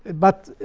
but